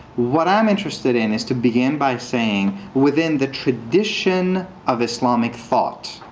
what i'm interested in, is to begin by saying within the tradition of islamic thought,